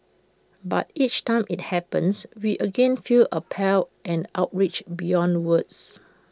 but each time IT happens we again feel appalled and outraged beyond words